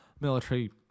military